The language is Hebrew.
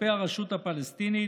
כלפי הרשות הפלסטינית,